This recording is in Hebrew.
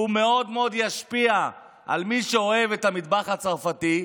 שהוא מאוד מאוד ישפיע על מי שאוהב את המטבח הצרפתי,